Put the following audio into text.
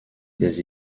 des